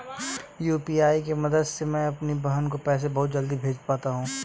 UPI के मदद से मैं अपनी बहन को पैसे बहुत जल्दी ही भेज पाता हूं